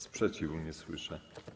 Sprzeciwu nie słyszę.